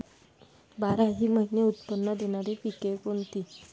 बाराही महिने उत्त्पन्न देणारी पिके कोणती?